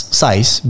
size